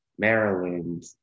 Maryland